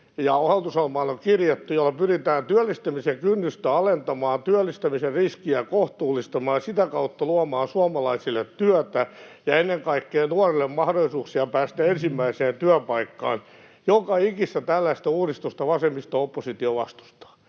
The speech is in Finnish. hallitusohjelmaan on kirjattu — jolla pyritään työllistämisen kynnystä alentamaan, työllistämisen riskiä kohtuullistamaan ja sitä kautta luomaan suomalaisille työtä ja ennen kaikkea nuorille mahdollisuuksia päästä ensimmäiseen työpaikkaan, vasemmisto-oppositio vastustaa.